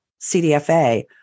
CDFA